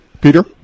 Peter